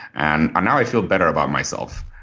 and ah now i feel better about myself.